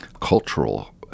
cultural